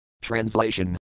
Translation